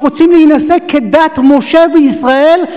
שרוצים להינשא כדת משה וישראל,